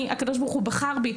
הקדוש ברוך הוא בחר בי.